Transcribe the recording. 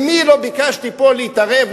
ממי לא ביקשתי פה להתערב,